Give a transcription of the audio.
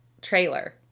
trailer